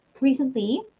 Recently